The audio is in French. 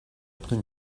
après